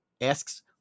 asks